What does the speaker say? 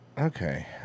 okay